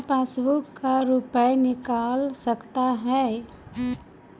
बिना पासबुक का रुपये निकल सकता हैं?